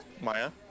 maya